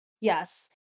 Yes